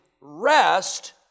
rest